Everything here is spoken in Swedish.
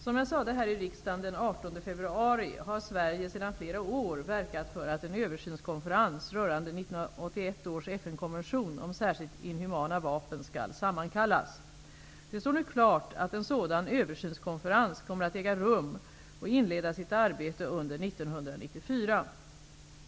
Som jag sade här i riksdagen den 18 februari har Sverige sedan flera år verkat för att en översynskonferens rörande 1981 års FN-konvention om särskilt inhumana vapen skall sammankallas. Det står nu klart att en sådan översynskonferens kommer att äga rum och inleda sitt arbete under 1994.